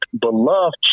beloved